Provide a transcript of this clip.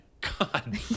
God